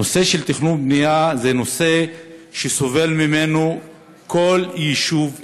הנושא של תכנון ובנייה הוא נושא שסובל ממנו כל יישוב דרוזי.